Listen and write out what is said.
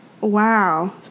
Wow